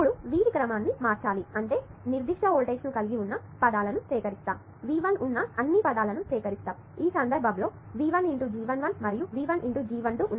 ఇప్పుడు వీటి క్రమాన్ని మార్చాలి అంటే నిర్దిష్ట వోల్టేజ్ ను కలిగి ఉన్న పదాలను సేకరిస్తాము V1 ఉన్న అన్ని పదాలను సేకరిస్తాము ఈ సందర్భంలో ఇక్కడ V 1 × G11 మరియు V 1 × G 1 2 ఉన్నాయి